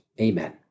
Amen